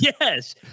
Yes